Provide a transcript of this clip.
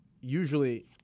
usually